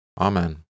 Amen